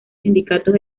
sindicatos